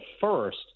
first